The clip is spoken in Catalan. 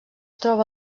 troba